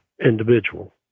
individual